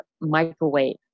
microwave